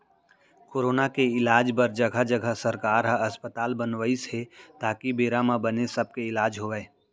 corona के इलाज बर जघा जघा सरकार ह अस्पताल बनवाइस हे ताकि बेरा म बने सब के इलाज होवय